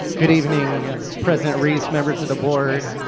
good evening president reese members of the board.